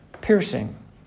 piercing